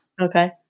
Okay